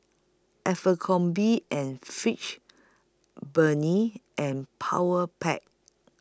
Abercrombie and Fitch Burnie and Powerpac